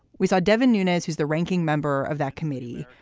we saw devin nunes, who's the ranking member of that committee,